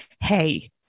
hey